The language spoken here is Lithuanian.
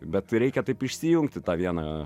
bet reikia taip išsijungti tą vieną